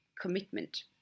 commitment